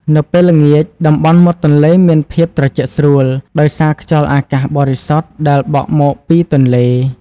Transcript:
នៅពេលល្ងាច តំបន់មាត់ទន្លេមានភាពត្រជាក់ស្រួល ដោយសារខ្យល់អាកាសបរិសុទ្ធដែលបក់មកពីទន្លេ។